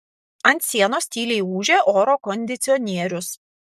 ant sienos tyliai ūžė oro kondicionierius